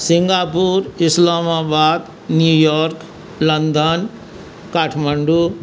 Singapore Islamabad New York London Kathmandu